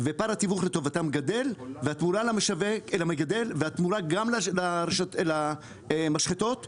ופער התיווך לטובתם גדל והתמורה למגדל והתמורה גם למשחטות יורדת.